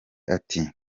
ati